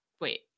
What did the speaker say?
Wait